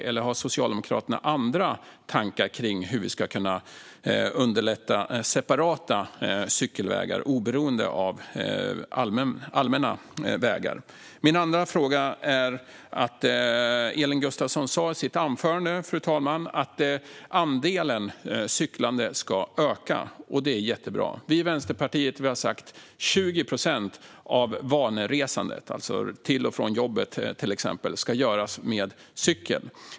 Eller har Socialdemokraterna andra tankar kring hur vi ska kunna underlätta separata cykelvägar oberoende av allmänna vägar? Fru talman! Elin Gustafsson sa i sitt anförande att andelen cyklande ska öka. Det är jättebra. Vi i Vänsterpartiet har sagt att 20 procent av vaneresandet, exempelvis till och från jobbet, ska göras med cykel.